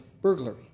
burglary